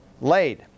laid